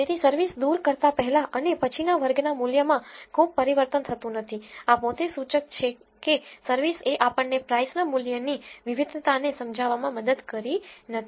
તેથી service દૂર કરતાં પહેલાં અને પછીના વર્ગના મૂલ્યમાં ખૂબ પરિવર્તન થતું નથી આ પોતે સૂચક છે કે service એ આપણને price ના મૂલ્ય ની વિવિધતાને સમજાવવામાં મદદ કરી નથી